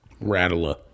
Rattler